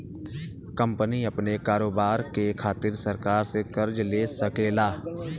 company अपने कारोबार के खातिर सरकार से कर्ज ले सकेला